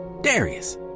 Darius